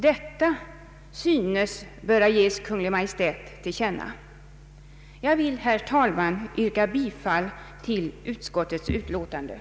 Detta synes böra ges Kungl. Maj:t till känna.” Jag vill, herr talman, yrka bifall till utskottets hemställan.